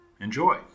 Enjoy